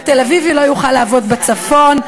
ותל-אביבי לא יוכל לעבוד בצפון,